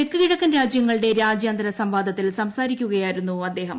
തെക്ക് കിഴക്കൻ രാജ്യങ്ങളുടെ രാജ്യാന്തര സംവാദത്തിൽ സംസാരിക്കുകയായിരുന്നു അദ്ദേഹം